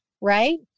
right